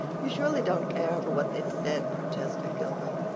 you surely don't care for what they said, protested gilbert.